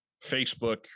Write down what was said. Facebook